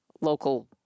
local